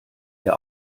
der